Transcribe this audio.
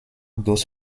dos